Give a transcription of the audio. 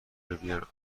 ببینن